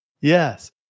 Yes